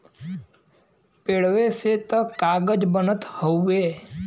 पेड़वे से त कागज बनत हउवे